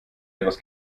etwas